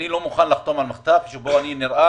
אני לא מוכן לחתום על מכתב שבו אני נראה,